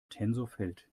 tensorfeld